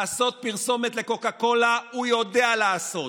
לעשות פרסומת לקוקה קולה הוא יודע לעשות,